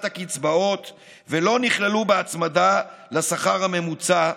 הקצבאות ולא נכללו בהצמדה לשכר הממוצע.